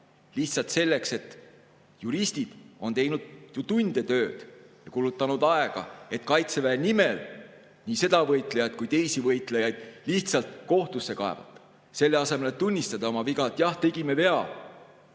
lihtsalt selleks, et juristid on teinud tunde tööd, kulutanud aega, et Kaitseväe nimel nii seda võitlejat kui ka teisi võitlejaid kohtusse kaevata, selle asemel, et tunnistada oma viga: jah, tegime vea.